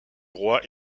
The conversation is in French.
roi